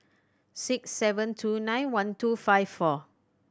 six seven two nine one two five four